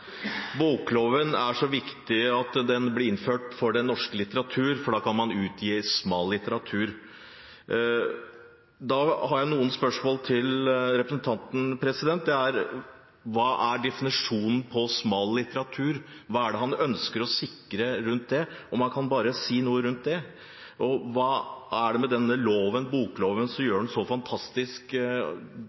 Bokloven er så viktig at den blir innført for den norske litteratur, for da kan man utgi smal litteratur. Da har jeg noen spørsmål til representanten: Hva er definisjonen på smal litteratur? Hva er det han ønsker å sikre i den forbindelse – om han bare kan si noe om det? Og hva er det med denne bokloven som gjør den så fantastisk,